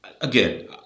again